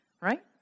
right